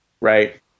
Right